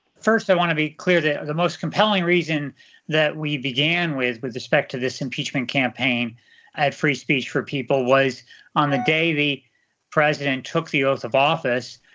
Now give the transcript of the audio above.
first i want to be clear that the most compelling reason that we began with with respect to this impeachment campaign at free speech for people was on the day the president took the oath of office,